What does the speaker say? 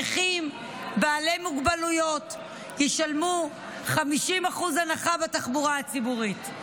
נכים ובעלי מוגבלויות יקבלו 50% הנחה בתחבורה הציבורית.